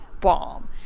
bomb